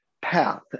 Path